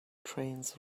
trains